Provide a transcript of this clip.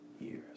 years